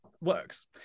works